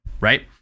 right